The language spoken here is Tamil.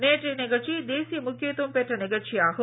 நேற்றைய நிகழ்ச்சி தேசிய முக்கியத்துவம் பெற்ற நிகழ்ச்சியாகும்